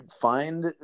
find